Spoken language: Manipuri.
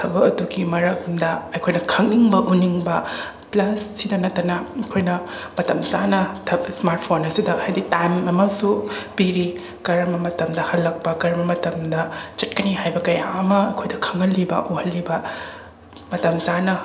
ꯊꯕꯛ ꯑꯗꯨꯒꯤ ꯃꯔꯝꯗ ꯑꯩꯈꯣꯏꯅ ꯈꯪꯅꯤꯡꯕ ꯎꯅꯤꯡꯕ ꯄ꯭ꯂꯁ ꯁꯤꯗ ꯅꯠꯇꯅ ꯑꯩꯈꯣꯏꯅ ꯃꯇꯝ ꯆꯥꯅ ꯁ꯭ꯃꯥ꯭ꯔꯠ ꯐꯣꯟ ꯑꯁꯤꯗ ꯍꯥꯏꯗꯤ ꯇꯥꯏꯝ ꯑꯃꯁꯨ ꯄꯤꯔꯤ ꯀꯔꯝꯕ ꯃꯇꯝꯗ ꯍꯂꯛꯄ ꯀꯔꯝꯕ ꯃꯇꯝꯗ ꯆꯠꯀꯅꯤ ꯍꯥꯏꯕ ꯀꯌꯥ ꯑꯃ ꯑꯩꯈꯣꯏꯗ ꯈꯪꯍꯜꯂꯤꯕ ꯎꯍꯜꯂꯤꯕ ꯃꯇꯝ ꯆꯥꯅ